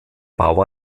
bau